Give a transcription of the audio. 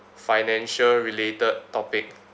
financial related topic